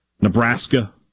Nebraska